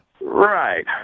Right